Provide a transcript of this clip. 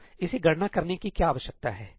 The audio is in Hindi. तो इसे गणना करने की क्या आवश्यकता है